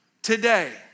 Today